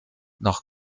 noch